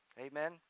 amen